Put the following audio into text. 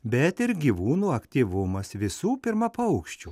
bet ir gyvūnų aktyvumas visų pirma paukščių